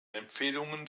empfehlungen